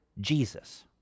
Jesus